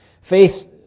Faith